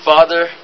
Father